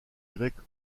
grecque